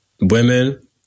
women